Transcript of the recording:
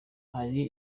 hari